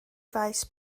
faes